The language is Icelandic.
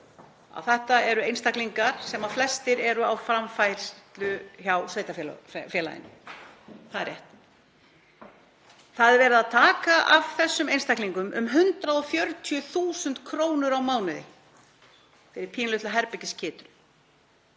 þetta eru einstaklingar sem flestir eru á framfærslu hjá sveitarfélaginu. Það er rétt. Það er verið að taka af þessum einstaklingum um 140.000 kr. á mánuði fyrir pínulitla herbergiskytru.